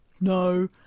No